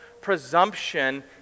presumption